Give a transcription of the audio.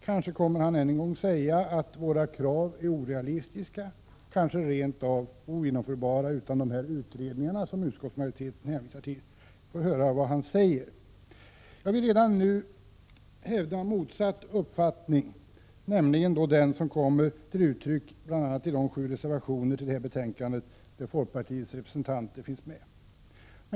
Kanske kommer han än en gång att säga att våra krav är orealistiska och rent av ogenomförbara utan de utredningar som utskottsmajoriteten hänvisar till. Vi får höra vad han säger. Jag vill redan nu hävda motsatt uppfattning, nämligen den uppfattning som kom till uttryck bl.a. ide sju reservationer till det här betänkandet där folkpartiets representanter finns med.